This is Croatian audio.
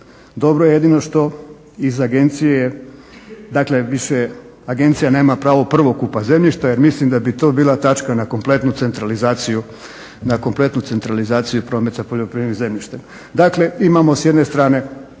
Dobro je jedino što iz agencije dakle više agencija nema pravo prvokupa zemljišta jer mislim da bi to bila točka na kompletnu centralizaciju prometa poljoprivrednim zemljištem. Dakle, imamo s jedne strane